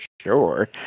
sure